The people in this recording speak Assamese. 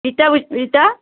ইতা ইতা